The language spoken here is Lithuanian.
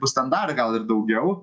bus ten dar gal ir daugiau